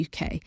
UK